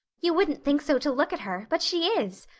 you wouldn't think so to look at her, but she is.